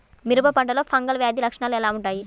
మిరప పంటలో ఫంగల్ వ్యాధి లక్షణాలు ఎలా వుంటాయి?